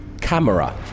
Camera